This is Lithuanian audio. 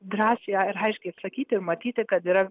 drąsiai aiškiai atsakyti matyti kad yra